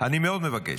אני מאוד מבקש.